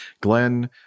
Glenn